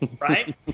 right